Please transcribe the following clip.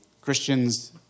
Christians